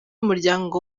umuryango